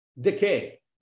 decay